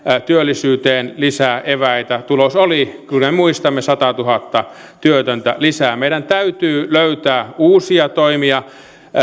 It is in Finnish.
työllisyyteen lisää eväitä tulos oli kuten muistamme satatuhatta työtöntä lisää meidän täytyy löytää uusia toimia